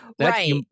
Right